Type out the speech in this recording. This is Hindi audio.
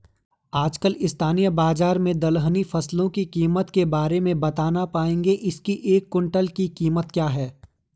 आजकल स्थानीय बाज़ार में दलहनी फसलों की कीमत के बारे में बताना पाएंगे इसकी एक कुन्तल की कीमत क्या है?